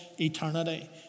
eternity